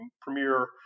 premier